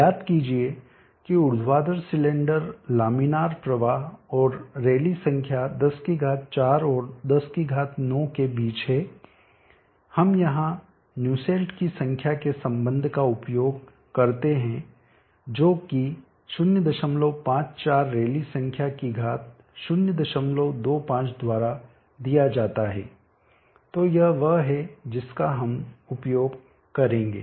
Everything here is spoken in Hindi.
याद कीजिए कि ऊर्ध्वाधर सिलेंडर लामिनार प्रवाह और रैली संख्या 104 और 109 के बीच है हम यहां न्यूसेल्ट की संख्या के संबंध का उपयोग करते हैं जो कि 054 रैली संख्या की घात 025 द्वारा दिया जाता है तो यह वह है जिसका हम उपयोग करेंगे